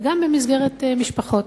וגם במסגרת משפחות.